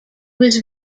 was